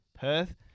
perth